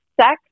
Sex